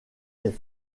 est